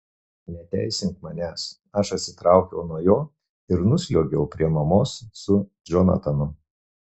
neteisink manęs aš atsitraukiau nuo jo ir nusliuogiau prie mamos su džonatanu